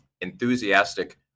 enthusiastic